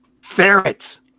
ferrets